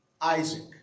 Isaac